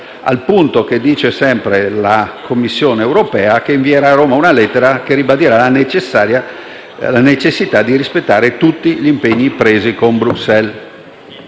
ancora dalla Commissione europea, invierà a Roma una lettera per ribadire la necessità di rispettare tutti gli impegni presi con Bruxelles.